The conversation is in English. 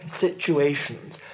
situations